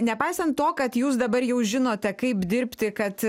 nepaisant to kad jūs dabar jau žinote kaip dirbti kad